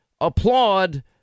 applaud